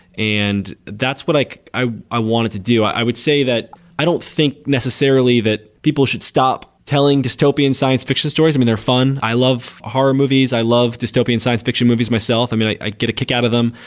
and that's what like i i wanted to do. i i would say that i don't think necessarily that people should stop telling dystopian science fiction stories. i mean, they're fun. i love horror movies. i love dystopian science fiction movies myself. i mean, i i get a kick out of them.